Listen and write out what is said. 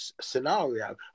scenario